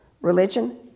religion